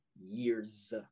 years